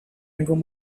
algún